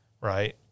Right